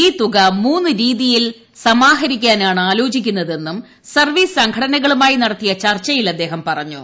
ഈ തുക മൂന്ന് രീതിയിൽ സമാഹരിക്കാനാണ് ആലോചിക്കുന്നതെന്നും സർവീസ് സംഘടനകളുമായി നടത്തിയ ചർച്ചയിൽ അദ്ദേഹം പറഞ്ഞു